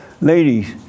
Ladies